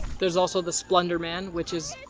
there's also the splendor man which is.